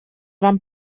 van